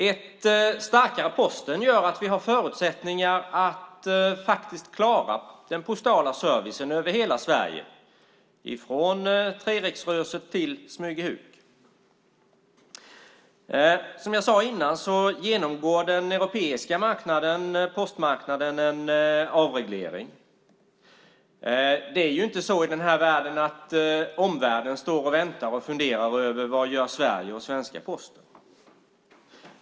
Ett starkare Posten gör att vi har förutsättningar att faktiskt klara den postala servicen över hela Sverige, från Treriksröset till Smygehuk. Som jag sade tidigare genomgår den europeiska postmarknaden en avreglering. Det är ju inte så i den här världen att omvärlden står och väntar och funderar över vad Sverige och svenska Posten gör.